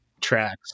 tracks